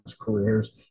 careers